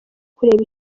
kureba